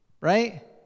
right